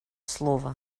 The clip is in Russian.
слово